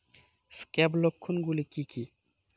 Scab লক্ষণ গুলো কি কি?